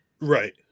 Right